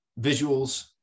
visuals